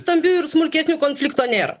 stambiųjų ir smulkesnių konflikto nėra